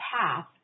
path